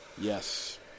Yes